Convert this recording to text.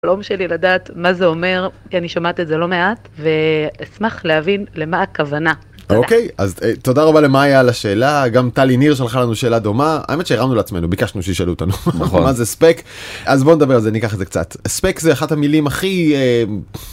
חלום שלי לדעת מה זה אומר כי אני שומעת את זה לא מעט ואני אשמח להבין למה הכוונה. אוקיי אז תודה רבה למאיה על השאלה גם טלי ניר שלחה לנו שאלה דומה האמת שהרמנו לעצמנו ביקשנו שישאלו אותנו מה זה ספק אז בוא נדבר על זה ניקח את זה קצת ספק זה אחת המילים הכי.